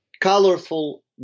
colorful